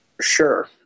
sure